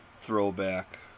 throwback